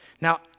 Now